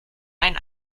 ein